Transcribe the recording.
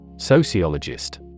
Sociologist